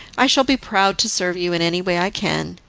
i shall be proud to serve you in any way i can.